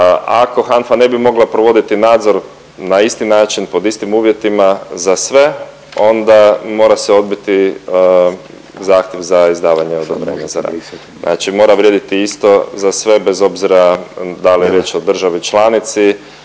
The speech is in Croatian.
ako HANFA ne bi mogla provoditi nadzor na isti način, pod istim uvjetima za sve onda mora se odbiti zahtjev za izdavanje odobrenja za rad. Znači mora vrijediti isto za sve bez obzira da li je riječ o državi članici